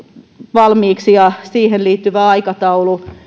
valmiiksi ja siihen liittyvä aikataulu